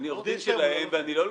אני עורך דין שלהם, ואני לא לוביסט.